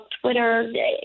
Twitter